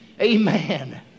Amen